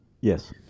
Yes